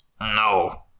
No